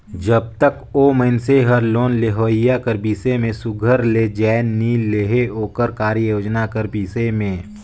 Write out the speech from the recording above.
जब तक ओ मइनसे हर लोन लेहोइया कर बिसे में सुग्घर ले जाएन नी लेहे ओकर कारयोजना कर बिसे में